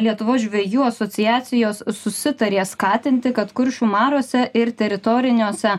lietuvos žvejų asociacijos susitarė skatinti kad kuršių mariose ir teritoriniuose